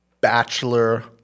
bachelor